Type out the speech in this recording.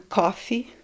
coffee